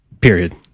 Period